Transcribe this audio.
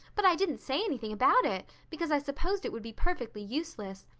but i didn't say anything about it, because i supposed it would be perfectly useless.